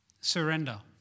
surrender